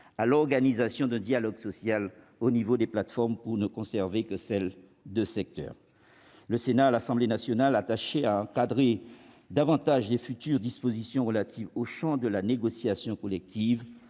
à l'organisation d'un dialogue social à l'échelon des plateformes pour ne conserver qu'un dialogue social de secteur. Le Sénat et l'Assemblée nationale, attachés à encadrer davantage les futures dispositions relatives au champ de la négociation collective